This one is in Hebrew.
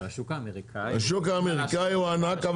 אבל השוק האמריקאי --- השוק האמריקאי הוא ענק,